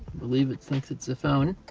believe it thinks it's a phone,